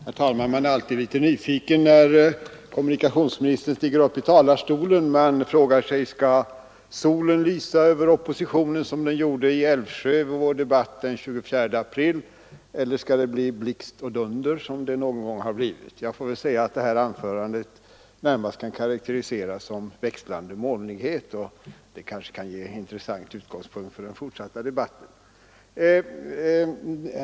Herr talman! Man är alltid litet nyfiken när kommunikationsministern stiger upp i talarstolen. Man frågar sig: Skall solen lysa över oppositionen som den gjorde vid vår debatt i Älvsjö den 24 april, eller skall det bli blixt och dunder, som det någon gång har varit? Jag får väl säga att det här anförandet närmast kan karakteriseras som växlande molnighet, och det kanske kan ge intressanta utgångspunkter för den fortsatta debatten.